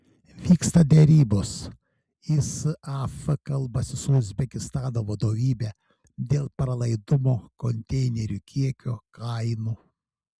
vyksta derybos isaf kalbasi su uzbekistano vadovybe dėl pralaidumo konteinerių kiekio kainų